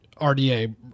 RDA